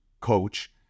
coach